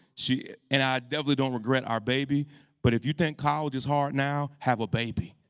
she and i definitely don't regret our baby but if you think college is hard now, have a baby.